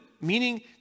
meaning